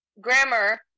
grammar